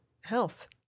health